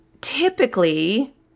typically